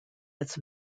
its